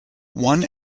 one